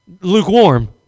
Lukewarm